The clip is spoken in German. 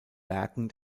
werken